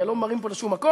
הרי לא ממהרים פה לשום מקום.